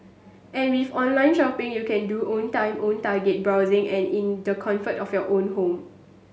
and with online shopping you can do own time own target browsing and in the comfort of your own home